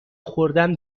خوردن